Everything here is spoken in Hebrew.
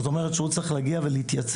זאת אומרת שהוא צריך להגיע ולהתייצב.